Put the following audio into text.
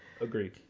Agreed